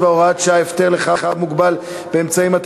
47 והוראת שעה) (הפטר לחייב מוגבל באמצעים),